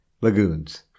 lagoons